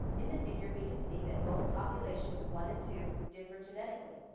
in the figure, we can see that both populations, one and two, differ genetically.